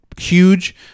huge